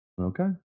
Okay